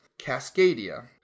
Cascadia